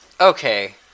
Okay